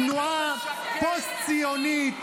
תנועה פוסט-ציונית,